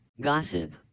gossip